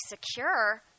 secure